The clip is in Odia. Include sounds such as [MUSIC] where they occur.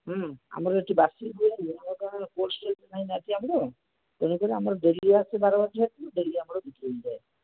ହୁଁ ଆମର ଏଠି ବାସି ହୁଏନି ଆମର ତ [UNINTELLIGIBLE] ହୋଲସେଲ୍ ନହିଁ ନା ଏଠି ଆମର ତେଣୁକରି ଆମର ଡେଲି ଆସିବ ବାରମାସୀ ଆସିବ ଡେଲି ଆମର ବିକ୍ରି ହେଇଯାଏ